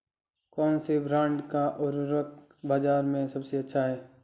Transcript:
कौनसे ब्रांड का उर्वरक बाज़ार में सबसे अच्छा हैं?